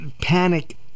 Panic